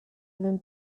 even